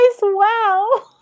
Wow